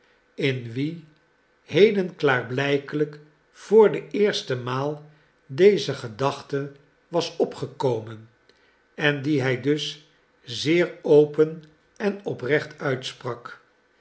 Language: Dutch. in wien heden klaarblijkelijk voor de eerste maal deze gedachte was opgekomen en die hij dus zeer open en oprecht uitsprak